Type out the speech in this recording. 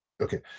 Okay